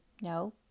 no